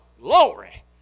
Glory